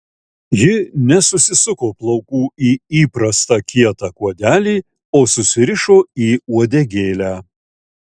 ji nesusisuko plaukų į įprastą kietą kuodelį o susirišo į uodegėlę